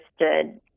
understood